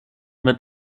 mit